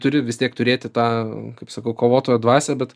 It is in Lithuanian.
turi vis tiek turėti tą kaip sakau kovotojo dvasią bet